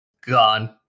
Gone